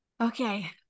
Okay